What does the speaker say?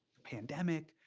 the pandemic,